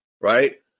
right